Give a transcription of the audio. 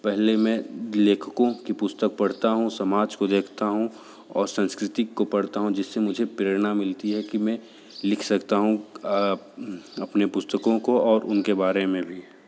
पहले मैं लेखकों की पुस्तक पढ़ता हूँ समाज को देखता हूँ और संस्कृति को पढ़ता हूँ जिससे मुझे प्रेरणा मिलती है कि मैं लिख सकता हूँ अपने पुस्तकों को और उनके बारे में भी